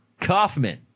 Kaufman